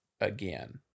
Again